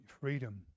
freedom